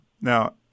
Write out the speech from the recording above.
Now